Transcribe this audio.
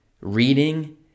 reading